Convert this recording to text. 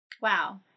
Wow